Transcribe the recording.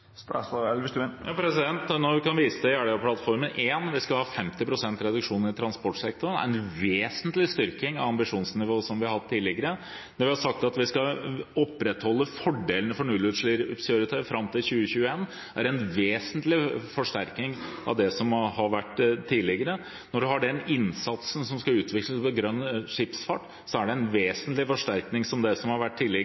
kan vise til Jeløya-plattformen. Vi skal ha 50 pst. reduksjon i transportsektoren, det er en vesentlig styrking av det ambisjonsnivået vi har hatt tidligere. Når vi har sagt vi skal opprettholde fordelene for nullutslippskjøretøy fram til 2021, er det en vesentlig forsterkning av det som har vært tidligere. Med den innsatsen som skal utvikles for grønn skipsfart, er det en